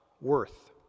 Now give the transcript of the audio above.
worth